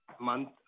month